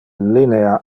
linea